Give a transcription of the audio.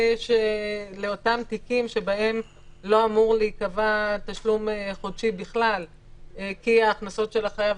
לאותם תיקים שבהם לא אמור להיקבע תשלום חודשי בכלל כי ההכנסות של החייב,